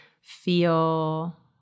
feel